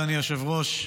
אדוני היושב-ראש,